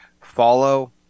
follow